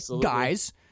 guys